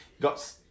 Got